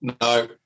No